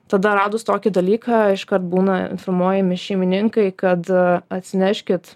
tada radus tokį dalyką iškart būna informuojami šeimininkai kad atsineškit